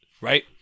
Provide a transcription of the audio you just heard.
right